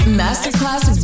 masterclass